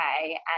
okay